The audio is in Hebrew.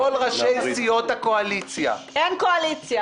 לכל ראשי סיעות הקואליציה -- אין קואליציה.